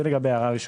זה אחת.